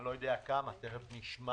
אני לא יודע כמה, תיכף נשמע,